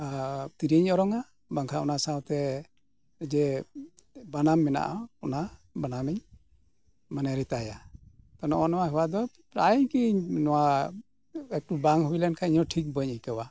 ᱦᱳᱭ ᱛᱤᱭᱳᱧ ᱚᱨᱚᱝ ᱟ ᱵᱟᱝ ᱠᱷᱟᱱ ᱚᱱᱟ ᱥᱟᱶᱛᱮ ᱡᱮ ᱵᱟᱱᱟᱢ ᱢᱮᱱᱟᱜᱼᱟ ᱚᱱᱟ ᱵᱟᱱᱟᱢᱤᱧ ᱢᱟᱱᱮ ᱨᱮᱛᱟᱭᱟ ᱱᱚᱜ ᱱᱚᱣᱟ ᱦᱣᱭᱟ ᱫᱚ ᱯᱨᱟᱭ ᱜᱮ ᱱᱚᱭᱟ ᱮᱠᱴᱩ ᱵᱟᱝ ᱦᱩᱭ ᱞᱮᱱ ᱠᱷᱟᱱ ᱤᱧ ᱦᱚᱸ ᱴᱷᱤᱠ ᱵᱟᱹᱧ ᱟᱹᱭᱠᱟᱹᱣᱟ